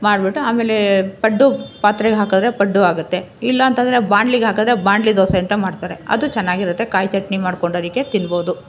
ಮಾಡಿಬಿಟ್ಟು ಆಮೇಲೆ ಪಡ್ಡು ಪಾತ್ರೆಗೆ ಹಾಕಿದರೆ ಪಡ್ಡು ಆಗುತ್ತೆ ಇಲ್ಲಾಂತಂದರೆ ಬಾಣ್ಲಿಗೆ ಹಾಕಿದರೆ ಬಾಣಲೆ ದೋಸೆ ಅಂತ ಮಾಡ್ತಾರೆ ಅದು ಚನ್ನಾಗಿರುತ್ತೆ ಕಾಯಿ ಚಟ್ನಿ ಮಾಡ್ಕೊಂಡು ಅದಕ್ಕೆ ತಿನ್ಬೋದು